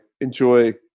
enjoy